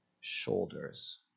shoulders